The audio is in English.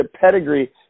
pedigree